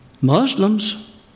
Muslims